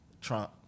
Trump